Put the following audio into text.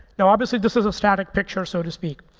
now, obviously, this is a static picture, so to speak,